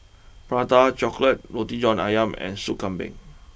Prata chocolate Roti John Ayam and Soup Kambing